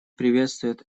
приветствует